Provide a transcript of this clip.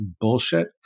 bullshit